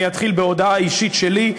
אני אתחיל בהודעה אישית שלי,